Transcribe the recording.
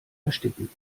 ersticken